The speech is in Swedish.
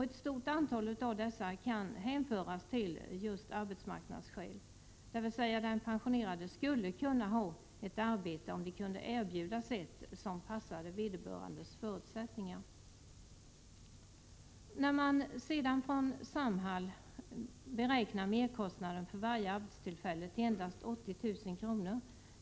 Ett stort antal av dessa kan hänföras till den kategori som förtidspensionerats av just arbetsmarknadsskäl, dvs. den pensionerade skulle kunna ha ett arbete om det kunde erbjudas ett som passade vederbörandes förutsättningar. När man sedan från Samhall beräknar merkostnaden för varje arbetstillfälle till endast 80 000 kr.